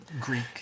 Greek